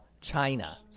China